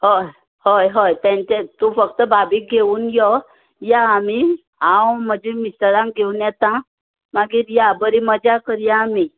हय हय हय तेंचेत तूं फक्त भाभीक घेऊन यो या आमी हांव म्हज्या मिस्टरांक घेउन येतां मागीर या बरी मजा करीया आमी